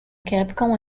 capcom